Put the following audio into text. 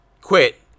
quit